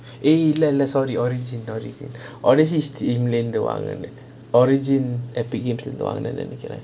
eh இல்ல இல்ல:illa illa sorry origin origin odessey stream லந்து வாங்குனான்:lanthu vaangunaan origin epic game லந்து வாங்குனானு நெனைக்கிறேன்:lanthu vaangunaanu nenaikkiraen